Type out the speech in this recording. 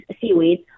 seaweed